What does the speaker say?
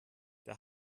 der